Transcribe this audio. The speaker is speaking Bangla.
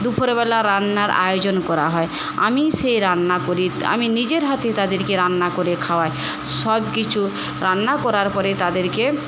দুপুরবেলা রান্নার আয়োজন করা হয় আমিই সে রান্না করি আমি নিজের হাতে তাদেরকে রান্না করে খাওয়াই সবকিছু রান্না করার পরে তাদেরকে